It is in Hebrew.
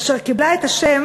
אשר קיבלה את השם